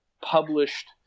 published